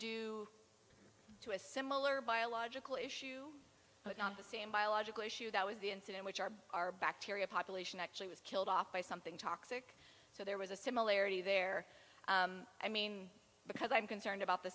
due to a similar biological issue but not the same biological issue that was the incident which our our bacteria population actually was killed off by something toxic so there was a similarity there i mean because i'm concerned about the